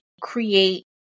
create